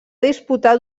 disputar